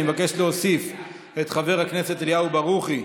אני מבקש להוסיף את חבר הכנסת אליהו ברוכי,